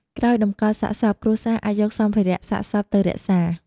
ក្រោយតម្កលសាកសព គ្រួសារអាចយកសម្ភារៈសាកសពទៅរក្សា។